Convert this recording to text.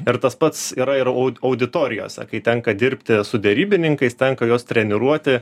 ir tas pats yra ir au auditorijose kai tenka dirbti su derybininkais tenka juos treniruoti